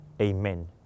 Amen